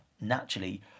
naturally